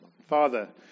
Father